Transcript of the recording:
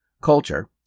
culture